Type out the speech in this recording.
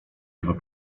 jego